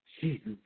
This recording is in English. Jesus